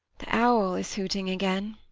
the owl is hooting again.